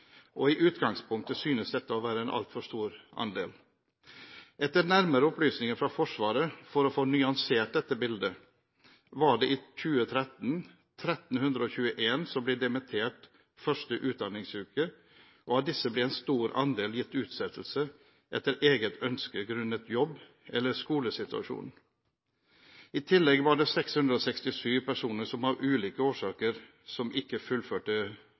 og i utgangspunktet synes dette å være en altfor stor andel. Etter nærmere opplysninger fra Forsvaret for å få nyansert dette bildet, var det i 2013 1 321 som ble dimittert første utdanningsuke, og av disse ble en stor andel gitt utsettelse etter eget ønske grunnet jobb eller skolesituasjonen. I tillegg var det 667 personer som av ulike årsaker ikke fullførte førstegangstjenesten. Det